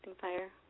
fire